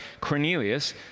Cornelius